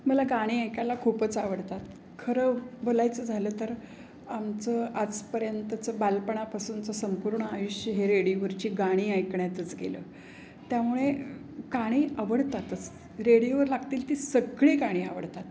मला गाणी ऐकायला खूपच आवडतात खरं बोलायचं झालं तर आमचं आजपर्यंतचं बालपणापासूनचं संपूर्ण आयुष्य हे रेडिओवरची गाणी ऐकण्यातच गेलं त्यामुळे गाणी आवडतातच रेडिओवर लागतील ती सगळी गाणी आवडतात